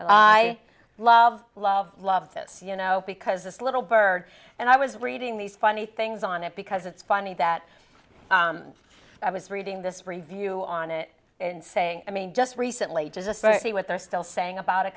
i love love love this you know because this little bird and i was reading these funny things on it because it's funny that i was reading this review on it and saying i mean just recently does especially with they're still saying about it